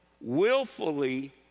willfully